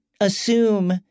assume